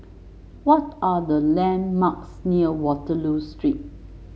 what are the landmarks near Waterloo Street